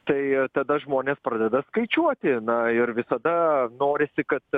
tai tada žmonės pradeda skaičiuoti na ir visada norisi kad